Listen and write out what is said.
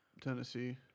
Tennessee